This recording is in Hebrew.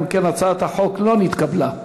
אם כן, הצעת החוק לא נתקבלה.